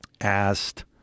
asked